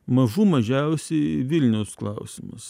mažų mažiausiai vilniaus klausimas